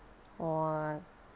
!wah!